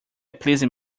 pleasing